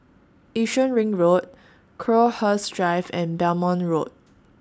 Yishun Ring Road Crowhurst Drive and Belmont Road